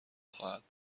خواهد